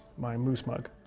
my moose mug.